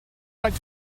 like